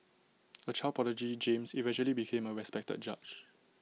A child prodigy James eventually became A respected judge